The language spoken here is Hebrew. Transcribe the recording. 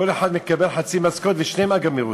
כל אחד מקבל חצי משכורת, ושניהם, אגב, מרוצים,